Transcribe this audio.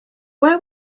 where